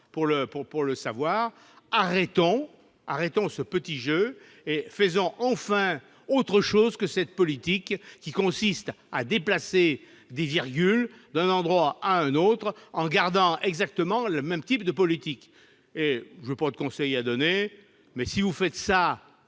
pour le savoir. Arrêtons ce petit jeu et faisons enfin autre chose que cette politique qui consiste à déplacer des virgules d'un endroit à un autre en gardant exactement le même système. Je n'ai pas de conseils à donner, mais, si vous faites